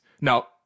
Now